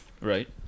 Right